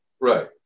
Right